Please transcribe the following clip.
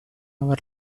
our